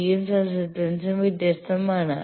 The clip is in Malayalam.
d യും സസെപ്റ്റൻസും വ്യത്യസ്തമാണ്